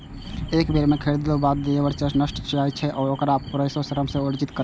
एक बेर खरीदारी के बाद लेबर चेक नष्ट भए जाइ छै आ ओकरा फेरो श्रम सँ अर्जित करै पड़ै छै